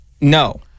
No